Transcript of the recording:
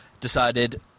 decided